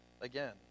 again